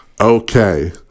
okay